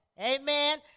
Amen